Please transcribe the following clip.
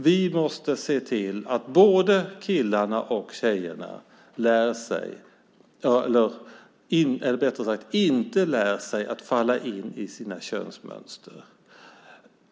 Vi måste se till att både killarna och tjejerna inte lär sig att falla in i sina könsmönster.